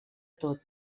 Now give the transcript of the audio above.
tot